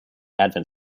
advent